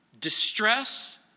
distress